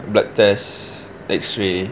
blood test X-ray